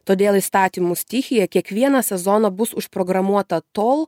todėl įstatymų stichija kiekvieną sezoną bus užprogramuota tol